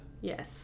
Yes